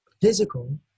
physical